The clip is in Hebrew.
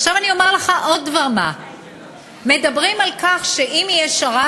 עכשיו אומר לך עוד דבר: מדברים על כך שאם יש שר"פ,